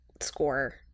score